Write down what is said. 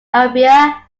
arabia